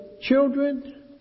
children